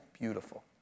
beautiful